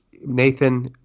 Nathan